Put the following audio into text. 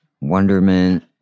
wonderment